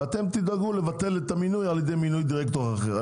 ואתם תדאגו לבטל את המינוי על ידי מינוי דירקטור אחר.